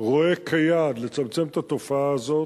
רואה כיעד לצמצם את התופעה הזאת,